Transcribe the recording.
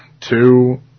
two